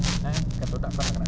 sixty dollars